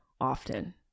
often